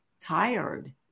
tired